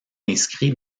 inscrit